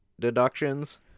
deductions